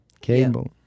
Cable